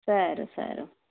સારું સારું